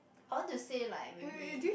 I want to say like maybe